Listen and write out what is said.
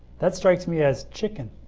that strikes me as chicken.